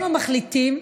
הם המחליטים,